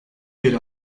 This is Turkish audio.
bir